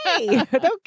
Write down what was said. Okay